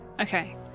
Okay